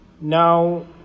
Now